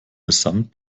mitsamt